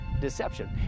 deception